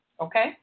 Okay